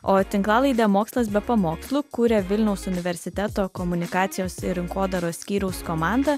o tinklalaidę mokslas be pamokslų kūrė vilniaus universiteto komunikacijos ir rinkodaros skyriaus komanda